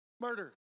Murder